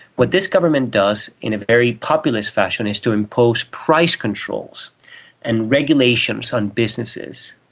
what this government does in a very populist fashion is to impose price controls and regulations on businesses.